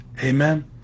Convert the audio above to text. amen